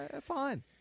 Fine